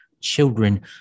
children